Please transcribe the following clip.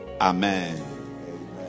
amen